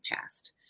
past